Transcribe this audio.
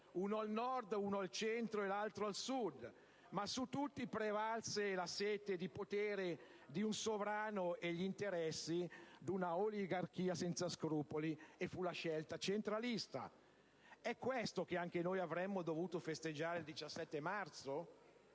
uno al Nord, uno al Centro e l'altro al Sud. Ma su tutti prevalse la sete di potere di un sovrano e gli interessi di una oligarchia senza scrupoli, e fu la scelta centralista. È questo che anche noi avremmo dovuto festeggiare il 17 marzo?